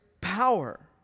power